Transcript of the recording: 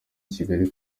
kigali